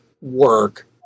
work